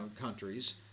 countries